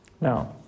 Now